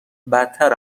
بدتر